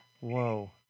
Whoa